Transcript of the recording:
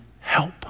help